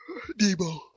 Debo